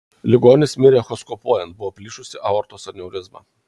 ligonis mirė echoskopuojant buvo plyšusi aortos aneurizma